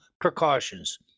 precautions